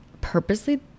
purposely